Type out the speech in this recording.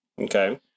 Okay